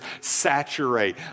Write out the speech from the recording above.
saturate